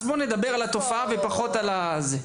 אז בוא נדבר על התופעה ופחות על הזה.